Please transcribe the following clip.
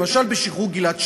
למשל, בשחרור גלעד שליט,